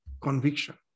conviction